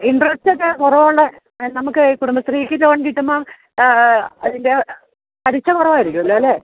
ഇന്ററസ്റ്റൊക്കെ കുറവുള്ളത് നമ്മള്ക്ക് ഈ കുടുംബശ്രീക്ക് ലോണ് കിട്ടുമ്പോള് അതിന്റെ പലിശ കുറവായിരിക്കുമല്ലോ അല്ലേ